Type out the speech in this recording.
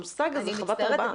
המושג הזה חוות הרבעה.